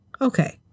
Okay